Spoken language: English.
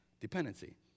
dependency